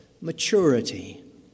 maturity